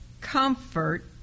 comfort